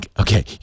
okay